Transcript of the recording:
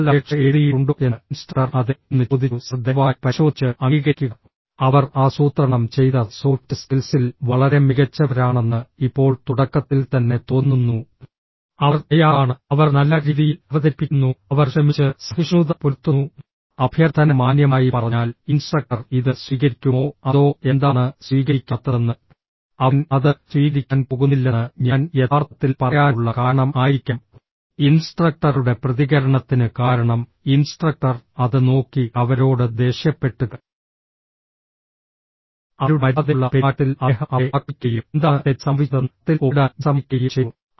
നിങ്ങൾ അപേക്ഷ എഴുതിയിട്ടുണ്ടോ എന്ന് ഇൻസ്ട്രക്ടർ അതെ എന്ന് ചോദിച്ചു സർ ദയവായി പരിശോധിച്ച് അംഗീകരിക്കുക അവർ ആസൂത്രണം ചെയ്ത സോഫ്റ്റ് സ്കിൽസിൽ വളരെ മികച്ചവരാണെന്ന് ഇപ്പോൾ തുടക്കത്തിൽ തന്നെ തോന്നുന്നു അവർ തയ്യാറാണ് അവർ നല്ല രീതിയിൽ അവതരിപ്പിക്കുന്നു അവർ ശ്രമിച്ച് സഹിഷ്ണുത പുലർത്തുന്നു അഭ്യർത്ഥന മാന്യമായി പറഞ്ഞാൽ ഇൻസ്ട്രക്ടർ ഇത് സ്വീകരിക്കുമോ അതോ എന്താണ് സ്വീകരിക്കാത്തതെന്ന് അവൻ അത് സ്വീകരിക്കാൻ പോകുന്നില്ലെന്ന് ഞാൻ യഥാർത്ഥത്തിൽ പറയാനുള്ള കാരണം ആയിരിക്കാം ഇൻസ്ട്രക്ടറുടെ പ്രതികരണത്തിന് കാരണം ഇൻസ്ട്രക്ടർ അത് നോക്കി അവരോട് ദേഷ്യപ്പെട്ടു അവരുടെ മര്യാദയുള്ള പെരുമാറ്റത്തിൽ അദ്ദേഹം അവരെ ആക്രമിക്കുകയും എന്താണ് തെറ്റ് സംഭവിച്ചതെന്ന് കത്തിൽ ഒപ്പിടാൻ വിസമ്മതിക്കുകയും ചെയ്തു